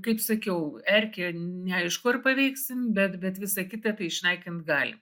kaip sakiau erkę neaišku ar paveiksim bet bet visa kitai tai išnaikint gali